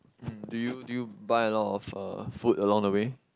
um do you do you buy a lot of uh food along the way